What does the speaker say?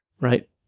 Right